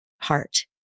heart